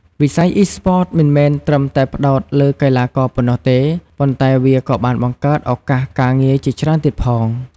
វិស័យ Esports មិនមែនត្រឹមតែផ្ដោតលើកីឡាករប៉ុណ្ណោះទេ ប៉ុន្តែវាក៏បានបង្កើតឱកាសការងារជាច្រើនទៀតផង។